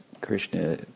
Krishna